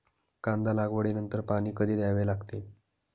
कांदा लागवडी नंतर पाणी कधी द्यावे लागते?